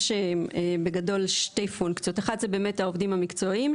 יש בגדול שתי פונקציות: אחת זה באמת העובדים המקצועיים,